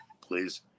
please